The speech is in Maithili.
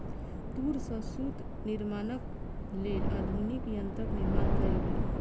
तूर सॅ सूत निर्माणक लेल आधुनिक यंत्रक निर्माण कयल गेल